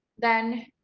then,